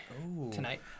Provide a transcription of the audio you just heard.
tonight